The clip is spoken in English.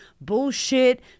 bullshit